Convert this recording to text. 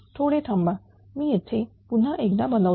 थोडे थांबा मी येथे पुन्हा एकदा बनवतो